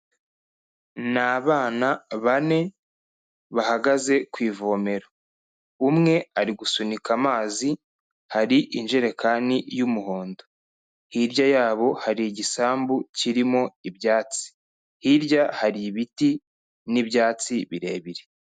Ni abana bane bahagaze ku ivomero, umwe ari gusunika amazi, hari injerekani y'umuhondo, hirya yabo hari igisambu kirimo ibyatsi, hirya hari ibiti n'ibyatsi birebire.